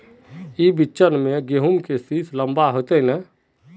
ई बिचन में गहुम के सीस लम्बा होते नय?